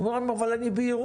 הוא אומר להם: אני בירוחם,